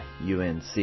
UNC